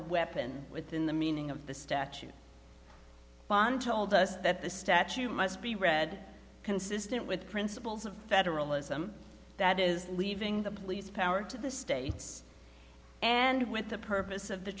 weapon within the meaning of the statute beyond told us that the statue must be read consistent with principles of federalism that is leaving the police power to the states and with the purpose of the